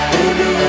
Baby